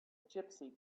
gypsy